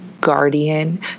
guardian